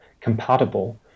compatible